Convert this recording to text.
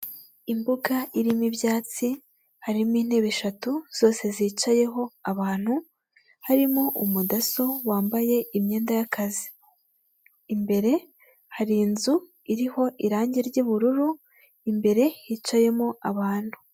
Imbuga irimo ibyatsi harimo intebe eshatu zose zicayeho abantu harimo umudaso wambaye imyenda y'akazi imbere hari inzu iriho irangi ry'ubururu imbere hicayemo abantu.